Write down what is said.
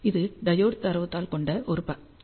இது டையோடு தரவுத்தாள் கொண்ட ஒரு படம்